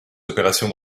opérations